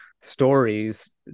stories